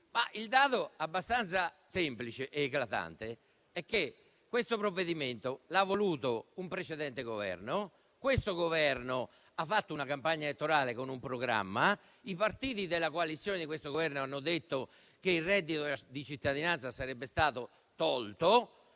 Il dato abbastanza semplice ed eclatante, però, è che questo provvedimento l'ha voluto un precedente Governo. Questo Governo ha fatto una campagna elettorale con un programma. I partiti della coalizione di questo Governo hanno detto che il reddito di cittadinanza sarebbe stato tolto